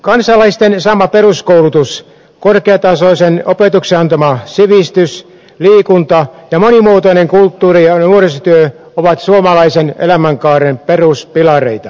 kansalaisten saama peruskoulutus korkeatasoisen opetuksen antama sivistys liikunta ja monimuotoinen kulttuuri ja nuorisotyö ovat suomalaisen elämänkaaren peruspilareita